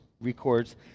records